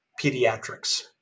pediatrics